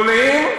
בגדולים,